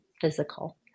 physical